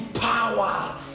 power